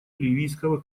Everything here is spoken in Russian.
ливийского